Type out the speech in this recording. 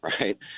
Right